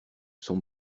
son